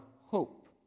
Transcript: hope